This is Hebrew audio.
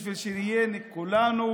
בשביל שנהיה כולנו,